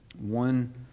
One